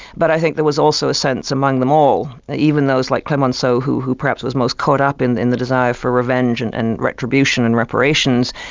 but i think there was also a sense among them all, even those like clemenceau who who perhaps was most caught up in in the desire for revenge and and retribution and reparations,